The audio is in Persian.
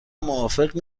موافق